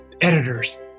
editors